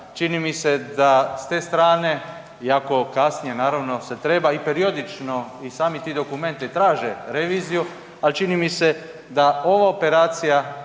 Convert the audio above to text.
čini mi se da s te strane iako kasnije naravno se treba i periodično i sami ti dokumenti traže reviziju, al čini mi se da ova operacija